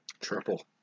triple